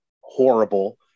horrible